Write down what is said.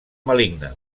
maligne